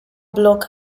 block